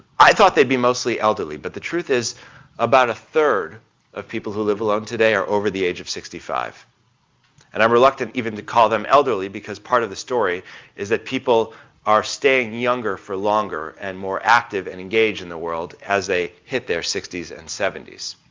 i thought they'd be mostly elderly, but the truth is about a third of people who live alone today are over the age of sixty five and i'm reluctant even to call them elderly, because part of the story is that people are staying younger for longer and more active and engaged in the world as they hit their sixties and seventies.